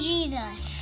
Jesus